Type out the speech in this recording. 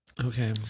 Okay